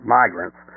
migrants